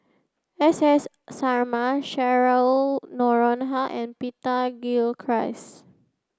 S S Sarma Cheryl Noronha and Peter Gilchrist